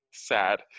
Sad